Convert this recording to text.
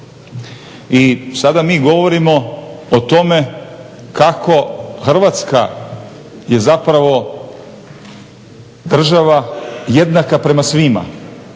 I sada mi govorimo o tome kako Hrvatska je zapravo država jednaka prema svima